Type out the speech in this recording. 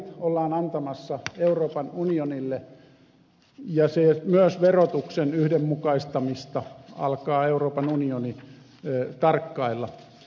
ollaan antamassa euroopan unionille ja myös verotuksen yhdenmukaistamista alkaa euroopan unioni tarkkailla